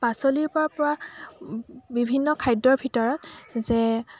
পাচলৰ পৰা পোৱা বিভিন্ন খাদ্যৰ ভিতৰত যে